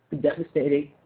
devastating